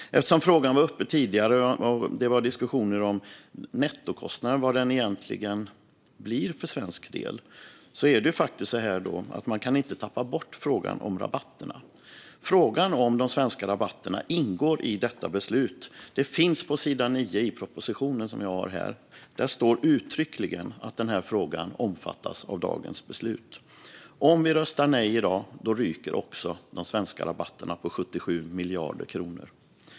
Frågan var uppe tidigare, och då var det diskussioner om vad nettokostnaden egentligen skulle bli för svensk del. Då kan man inte tappa bort frågan om rabatterna. Frågan om de svenska rabatterna ingår i detta beslut. Det finns på sidan 9 i propositionen. Där står uttryckligen att den frågan omfattas av dagens beslut. Om vi röstar nej i dag ryker också de svenska rabatterna på 77 miljarder kronor.